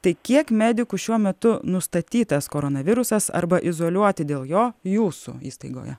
tai kiek medikų šiuo metu nustatytas koronavirusas arba izoliuoti dėl jo jūsų įstaigoje